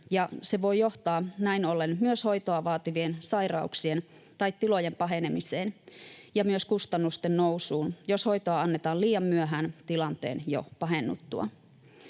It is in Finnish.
se voi johtaa näin ollen myös hoitoa vaativien sairauksien tai tilojen pahenemiseen ja myös kustannusten nousuun, jos hoitoa annetaan liian myöhään, tilanteen jo pahennuttua.